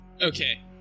Okay